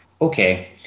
Okay